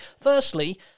Firstly